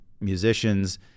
musicians